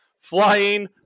flying